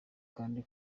kandi